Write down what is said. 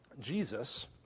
Jesus